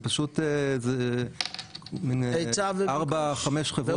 זה פשוט ארבע חמש חברות גדולות- -- היצע